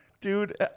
dude